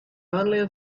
only